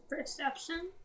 perception